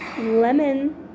Lemon